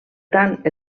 tant